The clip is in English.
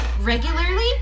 regularly